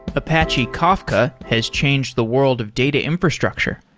apache kafka has changed the world of data infrastructure,